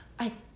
I